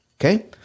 Okay